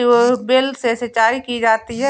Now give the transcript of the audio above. क्या ट्यूबवेल से सिंचाई की जाती है?